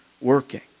working